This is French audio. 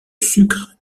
sucre